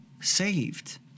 saved